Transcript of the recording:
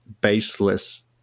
baseless